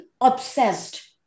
obsessed